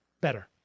better